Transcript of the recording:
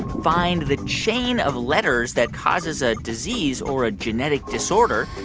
find the chain of letters that causes a disease or a genetic disorder,